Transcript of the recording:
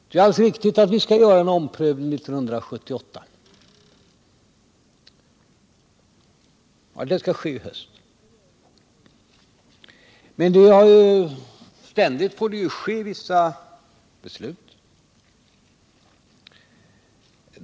Det är alldeles riktigt att vi skall en göra omprövning 1978 och att den skall ske i höst. Men det fattas ju ständigt vissa beslut.